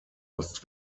ost